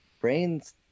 brains